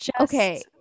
Okay